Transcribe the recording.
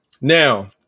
now